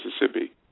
Mississippi